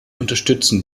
unterstützen